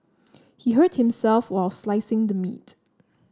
he hurt himself while slicing the meat